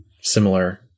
similar